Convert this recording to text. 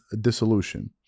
dissolution